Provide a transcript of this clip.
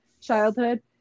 childhood